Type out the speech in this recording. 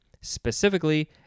Specifically